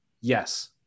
yes